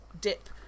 dip